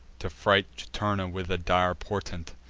to fright juturna with a dire portent.